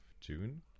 june